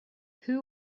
who